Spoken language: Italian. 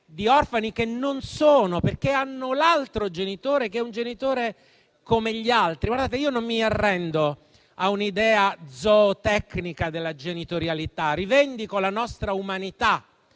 di orfani che non sono, perché hanno l'altro genitore che è come gli altri. Non mi arrendo a un'idea zootecnica della genitorialità e rivendico la nostra umanità.